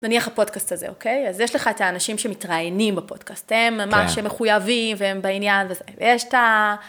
נניח הפודקאסט הזה, אוקיי? אז יש לך את האנשים שמתראיינים בפודקאסט, הם, ממש. הם מחויבים, והם בעניין, וזה. ויש את ה...